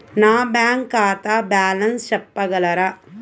నా బ్యాంక్ ఖాతా బ్యాలెన్స్ చెప్పగలరా?